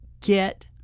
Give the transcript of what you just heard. get